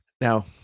Now